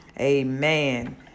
Amen